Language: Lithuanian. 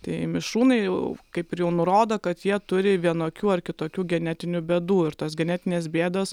tai mišrūnai kaip ir jau nurodo kad jie turi vienokių ar kitokių genetinių bėdų ir tos genetinės bėdos